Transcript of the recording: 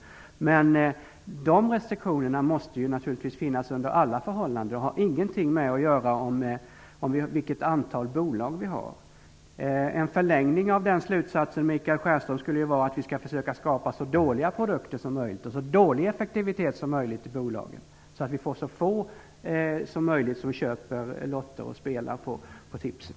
Men de restriktionerna måste naturligtvis finnas under alla förhållanden och har ingenting med antalet bolag att göra. En förlängning av Michael Stjernströms slutsats skulle ju vara att vi skall försöka skapa så dåliga produkter som möjligt och så dålig effektivitet som möjligt i bolagen, så att så få som möjligt köper lotter och spelar på tipset.